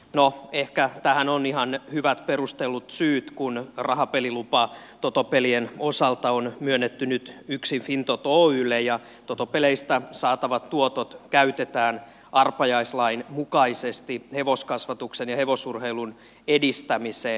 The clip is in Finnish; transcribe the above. no ehkä tähän on ihan hyvät perustellut syyt kun rahapelilupa totopelien osalta on myönnetty nyt yksin fintoto oylle ja totopeleistä saatavat tuotot käytetään arpajaislain mukaisesti hevoskasvatuksen ja hevosurheilun edistämiseen